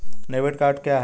Debit card क्या है?